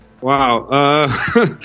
Wow